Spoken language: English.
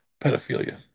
pedophilia